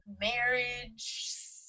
Marriage